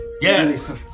Yes